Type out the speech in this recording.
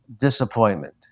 Disappointment